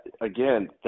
again